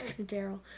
Daryl